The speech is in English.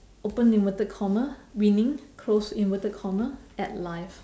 open inverted comma winning close inverted comma at life